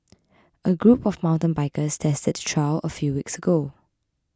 a group of mountain bikers tested the trail a few weeks ago